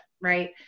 right